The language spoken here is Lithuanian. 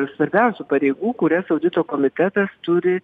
svarbiausių pareigų kurias audito komitetas turi